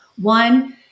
One